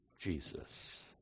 Jesus